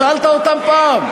שאלת אותם פעם?